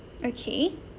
okay